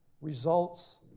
results